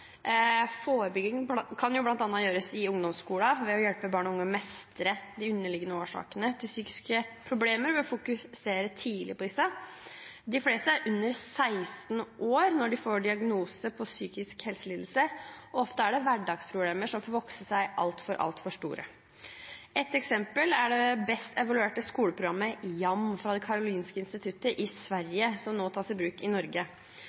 gjøres i ungdomsskolen ved å hjelpe barn og unge med å mestre de underliggende årsakene til psykiske problemer og ved å fokusere tidlig på disse. De fleste er under 16 år når de får diagnose på psykisk helselidelse. Ofte er det hverdagsproblemer som har fått vokse seg altfor, altfor store. Ett eksempel er det best evaluerte skoleprogrammet, YAM, fra Karolinska Institutet i Sverige, som nå tas i bruk i Norge.